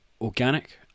organic